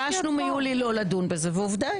ביקשנו מיולי לא לדון בזה ועובדה.